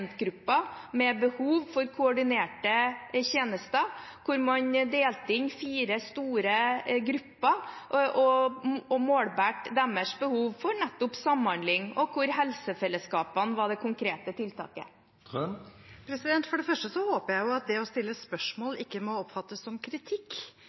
med behov for koordinerte tjenester, hvor man delte inn i fire store grupper og målbar deres behov for nettopp samhandling, og hvor helsefelleskapene var det konkrete tiltaket. For det første håper jeg at det å stille